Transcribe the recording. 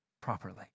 properly